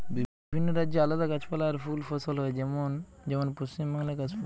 বিভিন্ন রাজ্যে আলদা গাছপালা আর ফুল ফসল হয় যেমন যেমন পশ্চিম বাংলায় কাশ ফুল